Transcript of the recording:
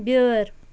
بیٛٲرۍ